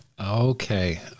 okay